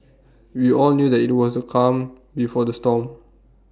we all knew that IT was the calm before the storm